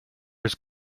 his